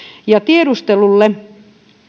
tiedustelulle